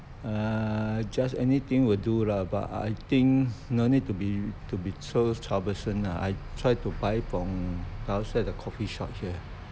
err just anything will do lah but I think no need to be to be so troublesome lah I try to buy from downstairs the coffeeshop here